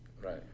Right